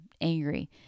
angry